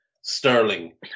sterling